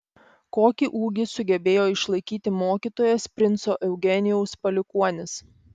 kokį ūgį sugebėjo išlaikyti mokytojas princo eugenijaus palikuonis